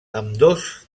ambdós